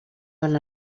van